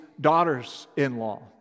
daughters-in-law